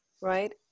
right